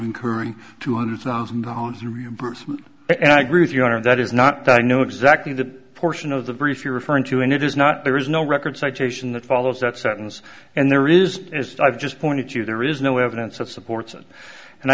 incurring two hundred thousand dollars reimbursement and i agree with you on that it's not that i know exactly that portion of the brief you're referring to and it is not there is no record citation that follows that sentence and there is as i've just pointed you there is no evidence of supports it and i